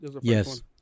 Yes